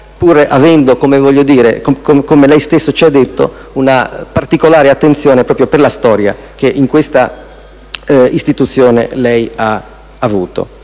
pur avendo, come lei stesso ci ha detto, signor Ministro, una particolare attenzione proprio per la storia che in questa istituzione ha avuto.